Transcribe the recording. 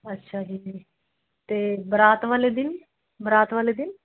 ਅੱਛਾ ਜੀ ਅਤੇ ਬਰਾਤ ਵਾਲ਼ੇ ਦਿਨ ਬਰਾਤ ਵਾਲ਼ੇ ਦਿਨ